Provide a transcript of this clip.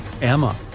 Emma